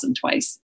twice